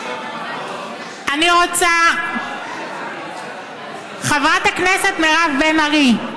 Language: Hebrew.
אני רוצה, חברת הכנסת מירב בן ארי,